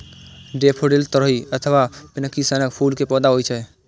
daffodil तुरही अथवा पिपही सनक फूल के पौधा होइ छै